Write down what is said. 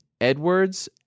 Edwards